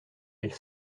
elle